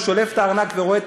הוא שולף את הארנק ורואה את